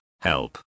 Help